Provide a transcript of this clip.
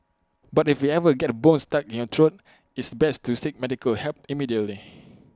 but if you ever get A bone stuck in your throat it's best to seek medical help immediately